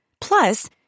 Plus